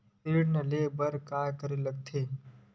ऋण ले बर का करे ला लगथे?